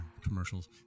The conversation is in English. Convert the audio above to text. commercials